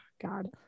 God